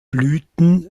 blüten